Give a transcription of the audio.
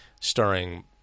starring